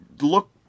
look